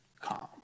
calm